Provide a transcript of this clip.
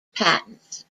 patents